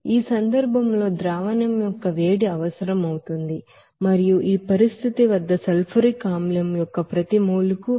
ఈ సందర్భంలో సొల్యూషన్ ద్రావణం యొక్క హీట్ అవసరం అవుతుంది మరియు ఈ పరిస్థితి వద్ద సల్ఫ్యూరిక్ ఆమ్లం యొక్క ప్రతి మోల్ కు 44